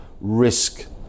risk